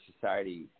society